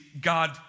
God